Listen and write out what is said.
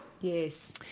yes